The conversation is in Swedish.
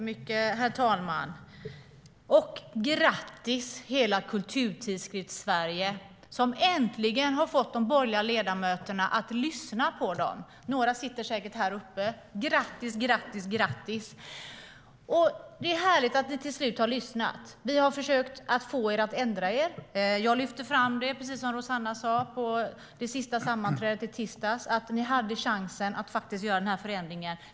Herr talman! Grattis hela Kulturtidskriftssverige som äntligen har fått de borgerliga ledamöterna att lyssna på er! Några sitter säkert på läktaren. Det är härligt att de borgerliga ledamöterna till slut har lyssnat. Vi har försökt att få er att ändra er. På det sista sammanträdet som vi hade i tisdags lyfte jag fram, precis som Rossana Dinamarca sa, att ni hade chansen att faktiskt göra denna förändring.